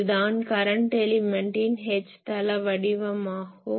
இது தான் கரண்ட் எலிமென்ட்டின் H தள வடிவமாகும்